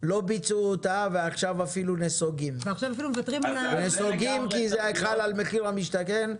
לא ביצעו אותה ועכשיו אפילו נסוגים כי זה חל על מחיר למשתכן,